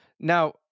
Now